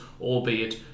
albeit